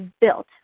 built